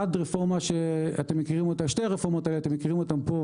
את שתי הרפורמות אתם מכירים טוב,